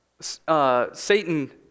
Satan